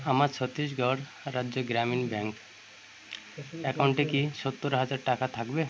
আমার ছত্তিশগড় রাজ্য গ্রামীণ ব্যাঙ্ক অ্যাকাউন্টে কি সত্তর হাজার টাকা থাকবে